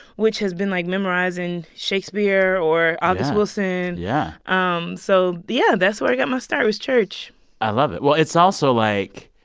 which has been like memorizing shakespeare or august wilson. yeah um so yeah, that's where i got my start was church i love it. well, it's also like